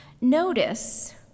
notice